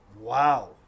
Wow